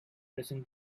pressing